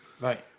Right